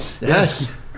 Yes